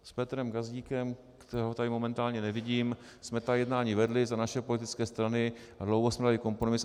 S Petrem Gazdíkem, kterého tady momentálně nevidím, jsme ta jednání vedli za naše politické strany a dlouho jsme hledali kompromis.